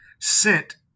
sent